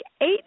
eight